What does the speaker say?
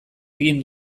egin